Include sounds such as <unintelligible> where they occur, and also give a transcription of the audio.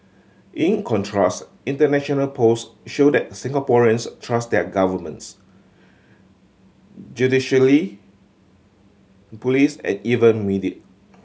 in contrast international polls show that Singaporeans trust their governments <unintelligible> police and even media